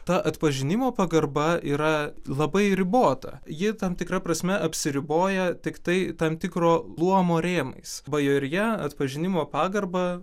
ta atpažinimo pagarba yra labai ribota ji tam tikra prasme apsiriboja tiktai tam tikro luomo rėmais bajorija atpažinimo pagarbą